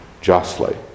justly